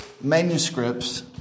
Manuscripts